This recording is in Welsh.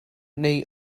neu